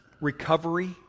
recovery